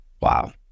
Wow